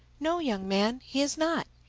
no, young man, he is not.